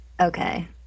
Okay